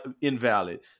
Invalid